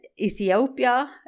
Ethiopia